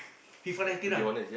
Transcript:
F_I_F_A Nineteen ah